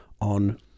on